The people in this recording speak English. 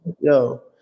Yo